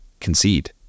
concede